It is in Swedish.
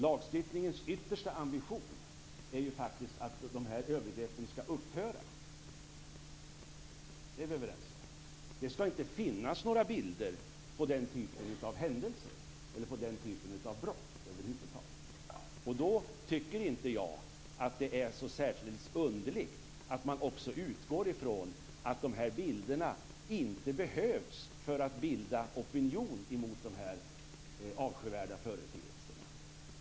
Lagstiftningens yttersta ambition är att dessa övergrepp skall upphöra, och det är vi överens om. Det skall inte finnas några bilder på den typen av brott över huvud taget. Därför tycker jag inte att det är så särskilt underligt att man utgår från att de här bilderna inte behövs för att bilda opinion mot dessa avskyvärda företeelser.